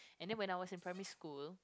and then when I was in primary school